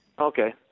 Okay